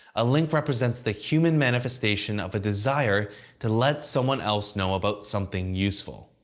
a link represents the human manifestation of a desire to let someone else know about something useful.